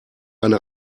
eine